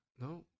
No